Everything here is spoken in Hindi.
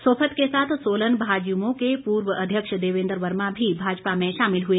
सोफत के साथ सोलन भाजयुमो के पूर्व अध्यक्ष देवेन्द्र वर्मा भी भाजपा में शामिल हुए